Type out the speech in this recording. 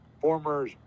former